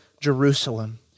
Jerusalem